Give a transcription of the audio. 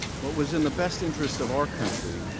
what was in the best interest of our country,